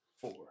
Four